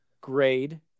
grade